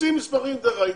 ממציאים מסמכים דרך האינטרנט,